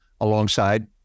alongside